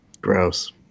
Gross